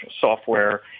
software